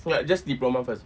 no like just diploma first